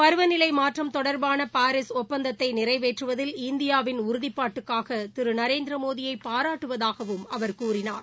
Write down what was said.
பருவநிளைல மாற்றம் தொடர்பான பாரீஸ் நிறைவேற்றுவதில் இந்தியாவின் உறுதிப்பாட்டுக்காக திரு நரேந்திரமோடியை பாராட்டுவதாகவும் அவர் கூறினார்